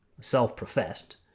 self-professed